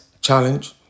challenge